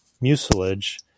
mucilage